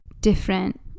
different